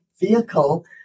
vehicle